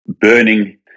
burning